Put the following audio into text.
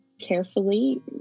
carefully